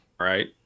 Right